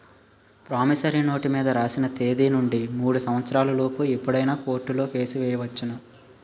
promissory note మీద రాసిన తేదీ నుండి మూడు సంవత్సరాల లోపు ఎప్పుడైనా కోర్టులో కేసు ఎయ్యొచ్చును